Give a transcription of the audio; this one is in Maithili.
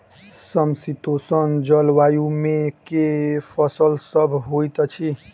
समशीतोष्ण जलवायु मे केँ फसल सब होइत अछि?